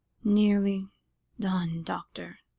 nearly done doctor,